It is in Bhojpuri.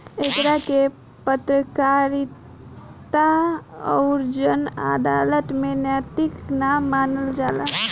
एकरा के पत्रकारिता अउर जन अदालत में नैतिक ना मानल जाला